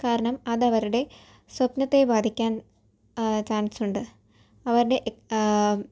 കാരണം അതവറുടെ സ്വപ്നത്തെ ബാധിക്കാൻ ചാൻസുണ്ട് അവരുടെ